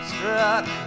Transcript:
Struck